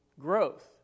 growth